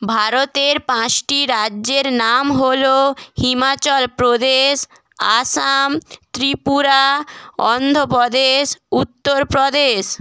ভারতের পাঁচটি রাজ্যের নাম হলো হিমাচল প্রদেশ আসাম ত্রিপুরা অন্ধ্রপ্রদেশ উত্তরপ্রদেশ